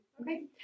okay